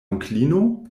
onklino